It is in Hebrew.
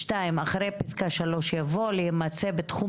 (2)אחרי פסקה (3) יבוא: "(4)להימצא בתחום